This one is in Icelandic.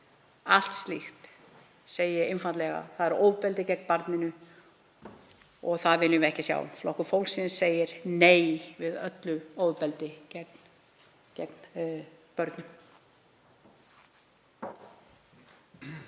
allt slíkt segi ég einfaldlega: Það er ofbeldi gegn barninu og það viljum við ekki sjá. Flokkur fólksins segir nei við öllu ofbeldi gegn börnum.